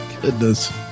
Goodness